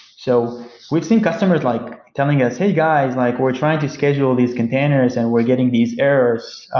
so we've seen customers like telling us, hey, guys. like we're trying to schedule these containers and we're getting these errors.